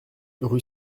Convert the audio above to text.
rue